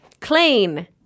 Clean